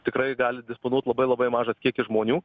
tikrai gali disponuot labai labai mažas kiekis žmonių